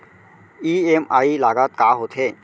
EMI लागत का होथे?